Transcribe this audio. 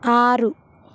ఆరు